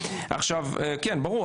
ברור,